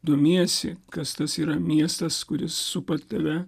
domiesi kas tas yra miestas kuris supa tave